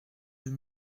deux